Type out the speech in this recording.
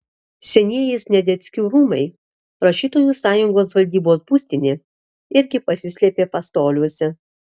senieji sniadeckių rūmai rašytojų sąjungos valdybos būstinė irgi pasislėpė pastoliuose